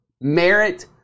merit